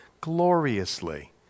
gloriously